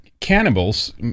cannibals